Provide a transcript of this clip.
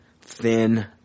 thin